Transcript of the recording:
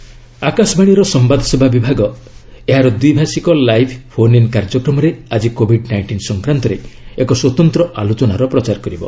ମଷ୍ଟ announcement ଆକାଶବାଣୀର ସମ୍ଭାଦସେବା ବିଭାଗ ଏହାର ଦ୍ୱିଭାଷୀକ ଲାଇଭ୍ ଫୋନ୍ ଇନ୍ କାର୍ଯ୍ୟକ୍ରମରେ ଆଜି କୋବିଡ୍ ନାଇଷ୍ଟିନ୍ ସଂକ୍ରାନ୍ତରେ ଏକ ସ୍ୱତନ୍ତ୍ର ଆଲୋଚନାର ପ୍ରଚାର କରିବ